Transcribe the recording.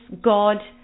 god